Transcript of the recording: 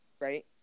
right